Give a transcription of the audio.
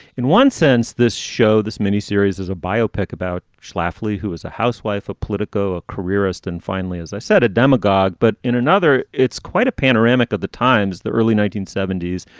in one sense, this show, this mini series is a biopic about schlafly, who is a housewife, a politico, a careerist, and finally, as i said, a demagogue. but in another, it's quite a panoramic of the times the early nineteen seventy s.